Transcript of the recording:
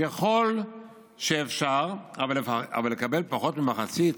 ככל שאפשר, אבל לקבל פחות ממחצית?